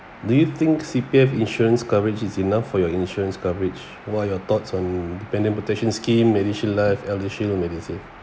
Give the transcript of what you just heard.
do you think C_P_F insurance coverage is enough for your insurance coverage what are your thoughts on dependant protection scheme medishield life eldershield medisave